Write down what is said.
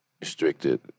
restricted